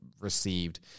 received